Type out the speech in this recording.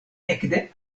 ekde